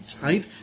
tight